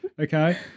Okay